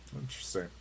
Interesting